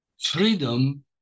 freedom